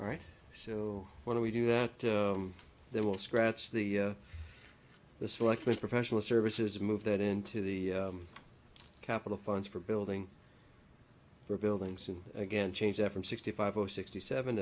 right so what do we do that there will scratch the the selectric professional services move that into the capital funds for building for buildings and again change that from sixty five or sixty seven